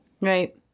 Right